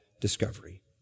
discovery